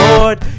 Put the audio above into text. Lord